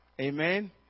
Amen